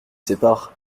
sépare